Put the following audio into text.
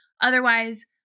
Otherwise